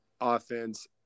offense